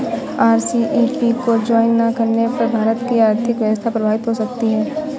RCEP को join ना करने पर भारत की आर्थिक व्यवस्था प्रभावित हो सकती है